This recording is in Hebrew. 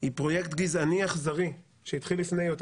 היא פרויקט גזעני אכזרי שהתחיל לפני יותר